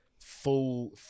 Full